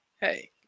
Hey